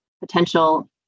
potential